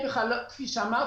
כפי שאמרתי,